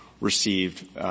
received –